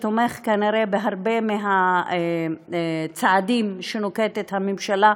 שתומך כנראה בהרבה מהצעדים שנוקטת הממשלה,